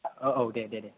औ औ दे दे दे